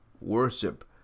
worship